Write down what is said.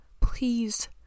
Please